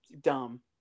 dumb